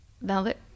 Velvet